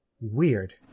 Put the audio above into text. Weird